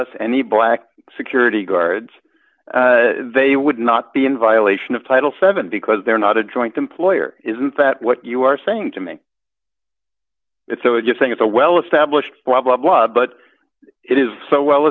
us any black security guards they would not be in violation of title seven because they're not a joint employer isn't that what you are saying to make it so if you're saying it's a well established blah blah blah but it is so well